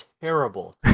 terrible